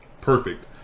perfect